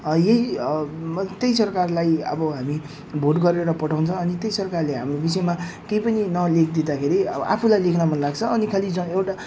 यही म त त्यही सरकारलाई अब हामी भोट गरेर पठाउँछ अनि त्यही सरकारले हाम्रो विषयमा केही पनि नेलेखिदिँदाखेरि अब आफूलाई लेख्न मन लाग्छ अनि खालि ज एउटा